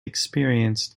experienced